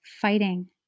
fighting